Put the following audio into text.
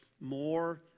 more